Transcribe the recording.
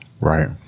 Right